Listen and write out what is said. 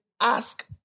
ask